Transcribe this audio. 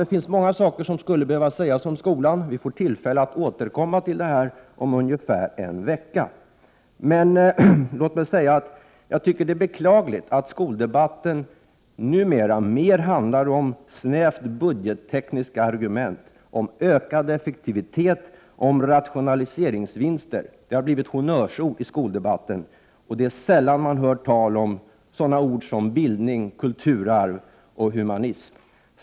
Det finns många saker som skulle behöva sägas om skolan. Vi får tillfälle att återkomma till detta om ungefär en vecka. Jag tycker att det är beklagligt att skoldebatten numera mest handlar om snävt budgettekniska argument, om ökad effektivitet, om rationaliseringsvinster etc. Dessa ord har blivit honnörsord i skoldebatten. Det är sällan man hör sådana ord som bildning, kulturarv och humanism.